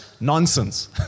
nonsense